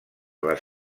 les